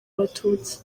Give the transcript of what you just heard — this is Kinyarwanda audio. abatutsi